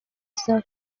zari